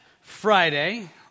Friday